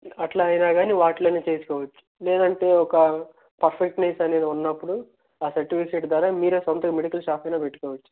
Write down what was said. అట్లా అయినా కానీ వాటిలోనే చేసుకోవచ్చు లేదంటే ఒక పర్ఫెక్ట్నెస్ అనేది ఉన్నప్పుడు ఆ సర్టిఫికెట్ ద్వారా మీరే సొంతంగా మెడికల్ షాప్ అయినా పెట్టుకోవచ్చు